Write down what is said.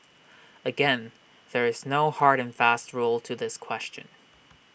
again there is no hard and fast rule to this question